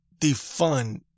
defund